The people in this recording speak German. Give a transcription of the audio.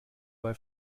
bei